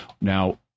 Now